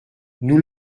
nous